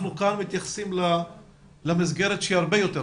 אנחנו כאן מתייחסים למסגרת שהיא הרבה יותר רחבה.